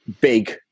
big